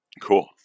cool